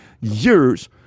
years